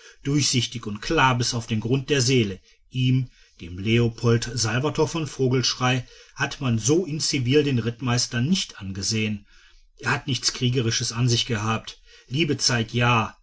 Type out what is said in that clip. durchsichtig und klar bis auf den grund der seele ihm dem leopold salvator von vogelschrey hat man so in zivil den rittmeister nicht angesehen er hat nichts kriegerisches an sich gehabt liebe zeit ja